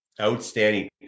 outstanding